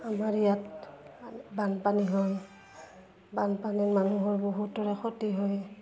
আমাৰ ইয়াত বানপানী হয় বানপানীত মানুহৰ বহুতৰে ক্ষতি হয়